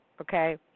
Okay